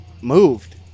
moved